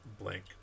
blank